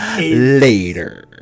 later